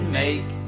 make